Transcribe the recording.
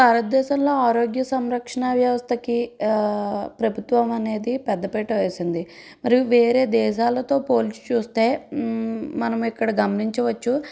భారత దేశంలో ఆరోగ్య సంరక్షణ వ్యవస్థకి ప్రభుత్వం అనేదిపెద్దపీట వేసింది మరియు వేరే దేశాలతో పోల్చి చూస్తే మనం ఇక్కడ గమనించవచ్చు